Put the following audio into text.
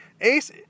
Ace